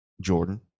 Jordan